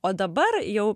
o dabar jau